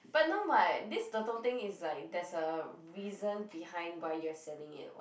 but no [what] this the toting is like there's a reason behind why you are selling it [what]